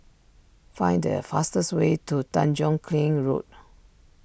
find the fastest way to Tanjong Kling Road